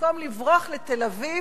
במקום לברוח לתל-אביב,